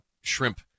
shrimp